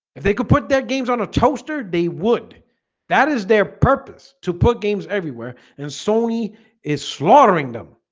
if they could put that games on a toaster they would that is their purpose to put games everywhere and sony is slaughtering them